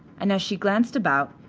and as she glanced about,